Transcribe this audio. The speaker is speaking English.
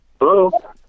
Hello